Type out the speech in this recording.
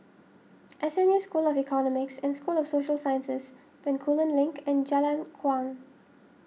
S M U School of Economics and School of Social Sciences Bencoolen Link and Jalan Kuang